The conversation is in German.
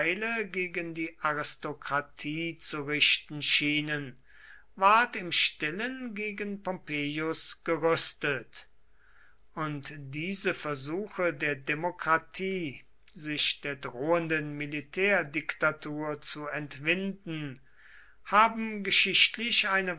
gegen die aristokratie zu richten schienen ward im stillen gegen pompeius gerüstet und diese versuche der demokratie sich der drohenden militärdiktatur zu entwinden haben geschichtlich eine